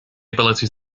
ability